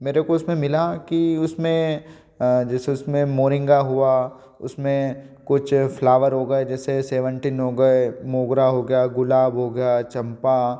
मेरे को उसमें मिला कि उसमें जैसे उसमें मोरिंगा हुआ उसमें कुछ फ्लावर होगा जैसे सेवन्टीन हो गए मोगरा हो गया गुलाब हो गया चम्पा